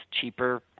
cheaper